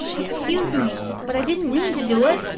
excuse me, but i didn't mean to do it,